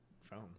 phone